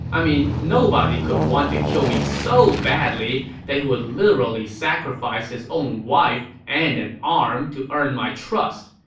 i mean, nobody could want to kill me so badly that he would literally sacrifice his own wife and an arm to earn my trust.